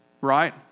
right